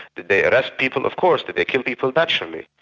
did they arrest people? of course. did they kill people? naturally.